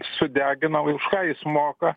sudegino už ką jis moka